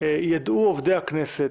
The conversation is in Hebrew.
ידעו עובדי הכנסת,